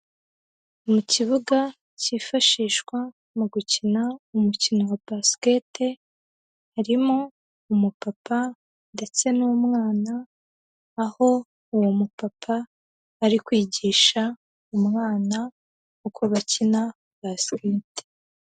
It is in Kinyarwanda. Mu kibuga cyifashishwa mu gukina umukino wa basikete, harimo umupapa ndetse n'umwana, aho uwo mupapa ari kwigisha umwana uko bakina basikete.